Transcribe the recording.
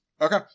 Okay